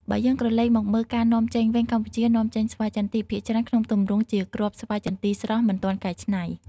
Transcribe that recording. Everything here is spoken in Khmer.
បើយើងក្រឡេកមកមើលការនាំចេញវិញ កម្ពុជានាំចេញស្វាយចន្ទីភាគច្រើនក្នុងទម្រង់ជា គ្រាប់ស្វាយចន្ទីស្រស់ មិនទាន់កែច្នៃ។